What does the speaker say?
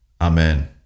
Amen